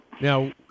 now